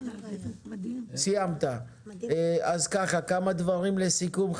כמה דברים לסיכום.